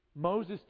Moses